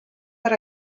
per